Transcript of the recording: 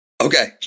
Okay